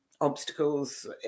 obstacles